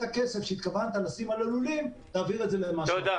הכסף שהתכוונת לשים על הלולים ותעביר אותו למשהו אחר.